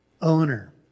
owner